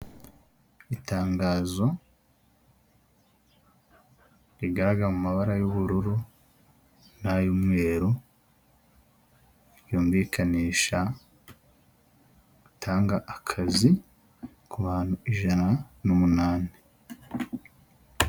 Itangazo, rigaragara mu mabara y'ubururu, n'ay'umweru, ryumvikanisha, gutanga akazi ku bantu ijana n'umunani.